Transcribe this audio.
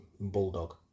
Bulldog